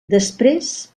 després